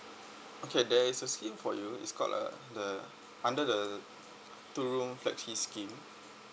okay there's a scheme for you it's called the in the under the two room flexi scheme